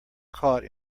caught